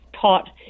taught